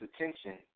attention